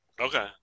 okay